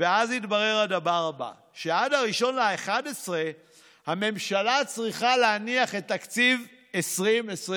ואז התברר הדבר הבא: עד 1 בנובמבר הממשלה צריכה להניח את תקציב 2021,